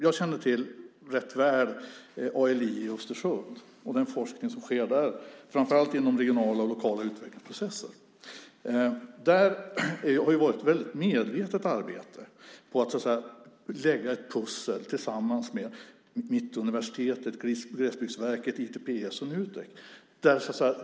Jag känner rätt väl till ALI i Östersund och den forskning som sker där, framför allt inom regionala och lokala utvecklingsprocesser. Där har det varit ett väldigt medvetet arbete att lägga ett pussel tillsammans med Mittuniversitetet, Glesbygdsverket, ITPS och Nutek.